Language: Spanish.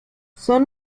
son